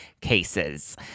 cases